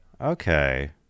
Okay